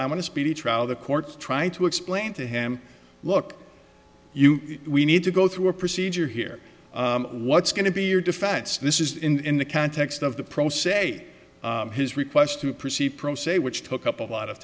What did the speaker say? to speedy trial the courts try to explain to him look you we need to go through a procedure here what's going to be your defense this is in the context of the pro se his request to proceed pro se which took up a lot of